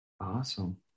awesome